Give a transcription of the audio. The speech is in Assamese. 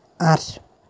আঠ